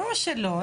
ברור שלא,